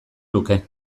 luke